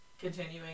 continuing